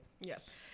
Yes